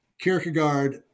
Kierkegaard